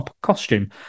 costume